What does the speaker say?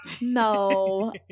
No